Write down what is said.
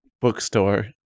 bookstore